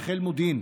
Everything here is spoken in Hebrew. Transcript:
בחיל מודיעין.